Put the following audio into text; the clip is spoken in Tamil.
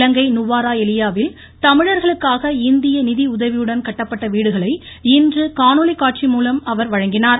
இலங்கை நுவாரா எலியாவில் தமிழர்களுக்காக இந்திய நிதியுதவியுடன் கட்டப்பட்ட வீடுகளை இன்று காணொலி காட்சி மூலம் அவர் வழங்கினார்